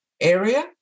area